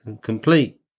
complete